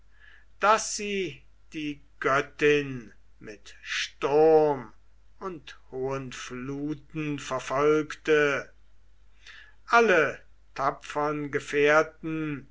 daß sie die göttin mit sturm und hohen fluten verfolgte alle tapfern gefährten